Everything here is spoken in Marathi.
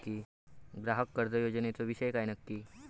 ग्राहक कर्ज योजनेचो विषय काय नक्की?